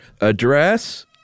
address